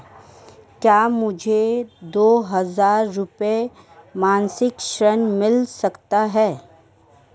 क्या मुझे दो हज़ार रुपये मासिक ऋण मिल सकता है?